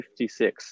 56